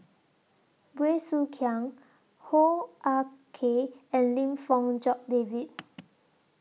Bey Soo Khiang Hoo Ah Kay and Lim Fong Jock David